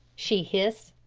she hissed.